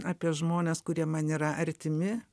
apie žmones kurie man yra artimi